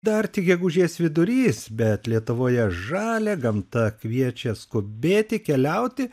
dar tik gegužės vidurys bet lietuvoje žalia gamta kviečia skubėti keliauti